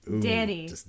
Danny